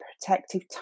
protective